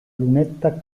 lunetta